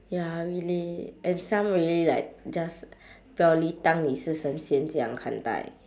ya really and some really like just 表里当你是神仙这样看待